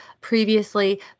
previously